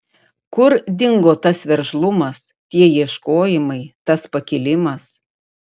kur dingo tas veržlumas tie ieškojimai tas pakilimas